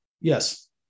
Yes